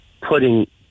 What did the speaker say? putting